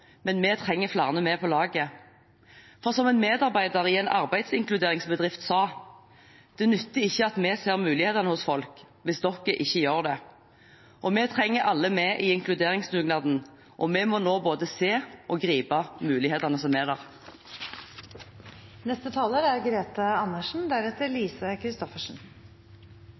men vi trenger flere med på laget. For som en medarbeider i en arbeidsinkluderingsbedrift sa: Det nytter ikke at vi ser mulighetene hos folk, hvis dere ikke gjør det. Vi trenger alle med i inkluderingsdugnaden, og vi må nå både se og gripe mulighetene som er der. Arbeidsledigheten er